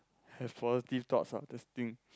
have quality thoughts ah first thing